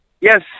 Yes